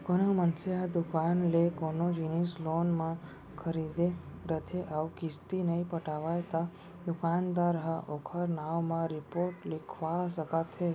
कोनो मनसे ह दुकान ले कोनो जिनिस लोन म खरीदे रथे अउ किस्ती नइ पटावय त दुकानदार ह ओखर नांव म रिपोट लिखवा सकत हे